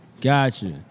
Gotcha